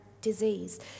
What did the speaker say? disease